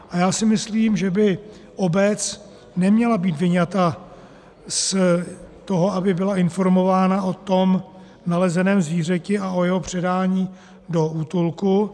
A já si myslím, že by obec neměla být vyňata z toho, aby byla informována o tom nalezeném zvířeti a o jeho předání do útulku.